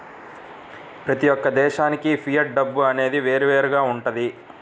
ప్రతి యొక్క దేశానికి ఫియట్ డబ్బు అనేది వేరువేరుగా వుంటది